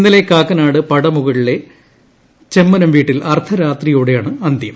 ഇന്നലെ കാക്കനാട് പടമുകളിലെ ചെമ്മനം വീട്ടിൽ അർദ്ധരാത്രിയോടെയാണ് അന്ത്യം